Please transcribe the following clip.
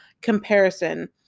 comparison